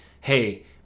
hey